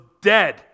dead